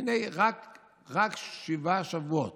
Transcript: והינה, רק שבעה שבועות,